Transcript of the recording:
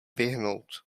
vyhnout